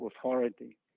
authority